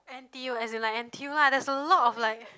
N_T_U as in N_T_U lah there's a lot of like